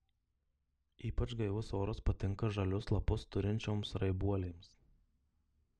ypač gaivus oras patinka žalius lapus turinčioms raibuolėms